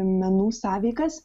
menų sąveikas